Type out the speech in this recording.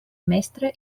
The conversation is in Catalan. mestre